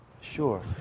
Sure